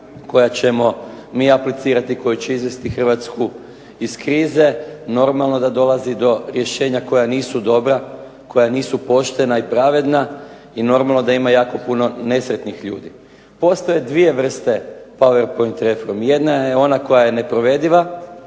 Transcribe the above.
koja ćemo mi aplicirati, koji će izvesti Hrvatsku iz krize. Normalno da dolazi do rješenja koja nisu dobra, koja nisu poštena i pravedna i normalno da ima jako puno nesretnih ljudi. Postoje dvije vrste powerpoint reformi. Jedna je ona koja je neprovediva,